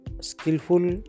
skillful